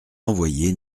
envoyées